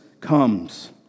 comes